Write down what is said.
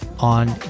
on